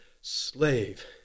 slave